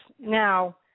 Now